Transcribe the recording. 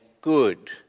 good